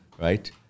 Right